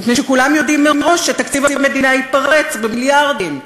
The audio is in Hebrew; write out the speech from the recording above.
מפני שכולם יודעים מראש שתקציב המדינה ייפרץ במיליארדים,